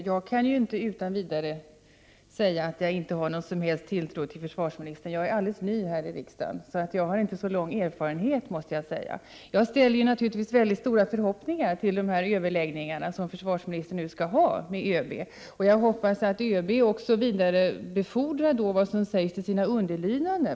Herr talman! Jag kan inte utan vidare säga att jag inte har någon som helst tilltro till försvarsministern. Jag är alldeles ny här i riksdagen och har inte så lång erfarenhet. Jag ställer naturligtvis mycket stora förhoppningar till de överläggningar som försvarsministern nu skall ha med ÖB, och jag hoppas också att försvarsministern därvid vidarebefordrar vad som som sägs av hans underlydande.